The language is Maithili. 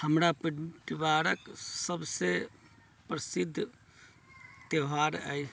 हमरा परिवारक सबसे प्रसिद्ध त्यौहार अय